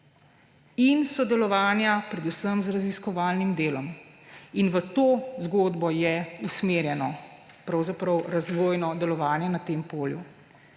in sodelovanja predvsem z raziskovalnim delom. In v to zgodbo je usmerjeno pravzaprav razvojno delovanje na tem polju.